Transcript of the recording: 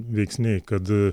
veiksniai kad